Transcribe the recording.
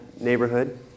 neighborhood